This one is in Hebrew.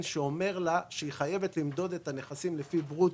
שקובע שהיא חייבת למדוד את הנכסים לפי ברוטו,